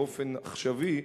באופן עכשווי,